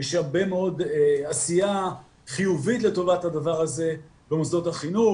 יש הרבה מאוד עשייה חיובית לטובת הדבר הזה במוסדות החינוך